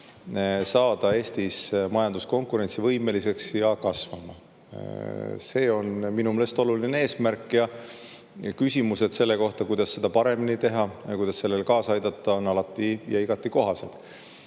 saada Eesti majandus konkurentsivõimeliseks ja kasvama. See on minu meelest oluline eesmärk ja küsimused selle kohta, kuidas seda paremini teha ja kuidas sellele kaasa aidata, on alati ja igati kohased.